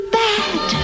bad